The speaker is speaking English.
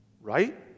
right